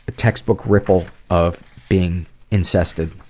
ah textbook ripple of being incested.